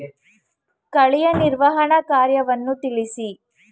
ಕಳೆಯ ನಿರ್ವಹಣಾ ಕಾರ್ಯವನ್ನು ತಿಳಿಸಿ?